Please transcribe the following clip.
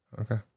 Okay